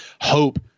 hope